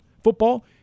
football